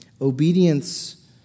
obedience